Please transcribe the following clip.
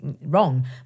wrong